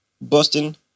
Boston